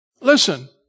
Listen